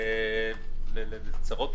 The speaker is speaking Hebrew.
לצרות,